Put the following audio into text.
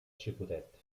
xicotet